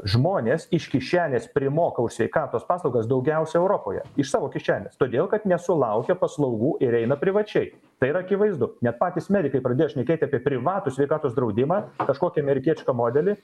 žmonės iš kišenės primoka už sveikatos paslaugas daugiausia europoje iš savo kišenės todėl kad nesulaukia paslaugų ir eina privačiai tai yra akivaizdu net patys medikai pradėjo šnekėti apie privatų sveikatos draudimą kažkokį amerikietišką modelį